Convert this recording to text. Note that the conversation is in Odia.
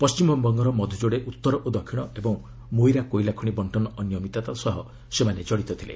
ପଣ୍ଢିମବଙ୍ଗର ମଧୁଯୋଡେ ଉତ୍ତର ଓ ଦକ୍ଷିଣ ଏବଂ ମୋଇରା କୋଇଲା ଖଣି ବଣ୍ଟନ ଅନିୟମିତତା ସହ ସେମାନେ ଜଡ଼ିତ ଥିଲେ